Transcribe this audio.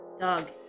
Dog